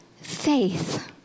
faith